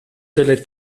delle